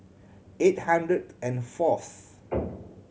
eight hundred and fourth